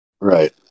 Right